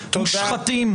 מושחתים.